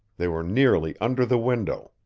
they were nearly under the window.